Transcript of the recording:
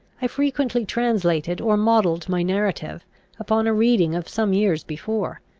i frequently translated or modelled my narrative upon a reading of some years before.